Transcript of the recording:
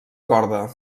corda